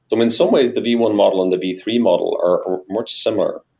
but in some ways, the v one model and the v three model are much similar,